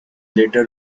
later